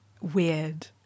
weird